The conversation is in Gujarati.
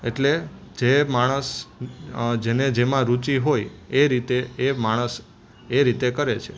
એટલે જે માણસ જેને જેમાં રુચિ હોય એ રીતે એ માણસ એ રીતે કરે છે